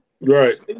Right